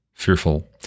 fearful